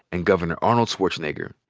and governor arnold schwarzenegger.